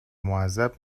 معذب